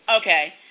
Okay